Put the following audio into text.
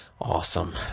awesome